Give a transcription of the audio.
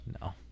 No